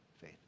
faith